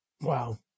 Wow